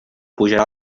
pujarà